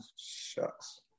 shucks